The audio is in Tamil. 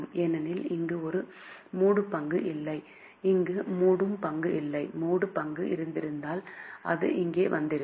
ஏனெனில் இங்கு ஒரு மூடு பங்கு இல்லை இங்கே மூடும் பங்கு இல்லை மூடும் பங்கு இருந்திருந்தால் அது இங்கே வந்திருக்கும்